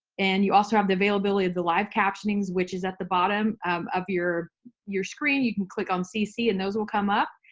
and you also have the availability of the live captionings, which is at the bottom of of your your screen. you can click on cc and those will come up.